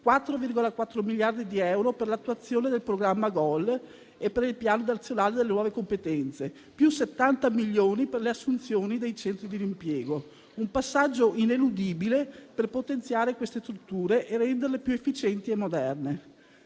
4,4 miliardi di euro per l'attuazione del programma GOL e per il piano nazionale delle nuove competenze, più 70 milioni di euro per le assunzioni nei centri per l'impiego, un passaggio ineludibile per potenziare queste strutture e renderle più efficienti e moderne.